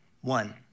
One